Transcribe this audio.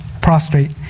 prostrate